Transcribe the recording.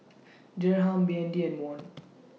Dirham B N D and Won